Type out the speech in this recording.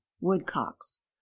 woodcocks